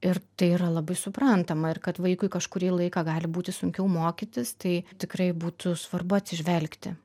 ir tai yra labai suprantama ir kad vaikui kažkurį laiką gali būti sunkiau mokytis tai tikrai būtų svarbu atsižvelgti